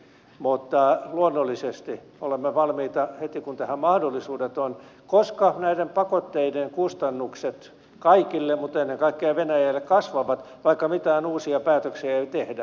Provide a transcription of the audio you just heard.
mutta luonnollisesti olemme valmiita heti kun tähän mahdollisuudet on koska näiden pakotteiden kustannukset kaikille mutta ennen kaikkea venäjälle kasvavat vaikka mitään uusia päätöksiä ei tehdä